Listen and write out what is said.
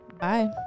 bye